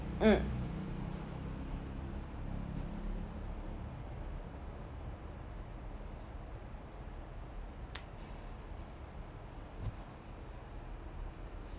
mm